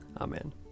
Amen